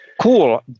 cool